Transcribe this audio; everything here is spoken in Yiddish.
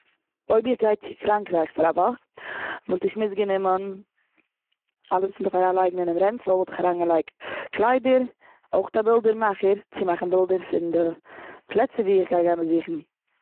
אויב איך גיי צו פראנקרייך פאר א וואך. וואלט איך מיטגענומען אלעס וואס מ'דארף אריינלייגן, אין רענצל וואלט איך אריינגעלייגט קליידער, אויך א בילדער מאכער צו מאכן בילדער פון די פלעצער ווי איך גיי גיין באזוכן.